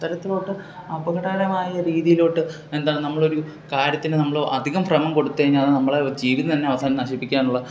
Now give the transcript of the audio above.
അത്തരത്തിലോട്ട് അപകടകരമായ രീതിയിലോട്ട് എന്താണ് നമ്മളൊരു കാര്യത്തിന് നമ്മള് അധികം ഭ്രമം കൊടുത്ത് കഴിഞ്ഞ അത് നമ്മളെ ജീവിതം തന്നെ അവസാനം നശിപ്പിക്കാനുള്ള